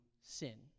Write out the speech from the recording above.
sin